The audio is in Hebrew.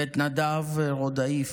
ואת נדב רודאיף,